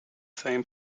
same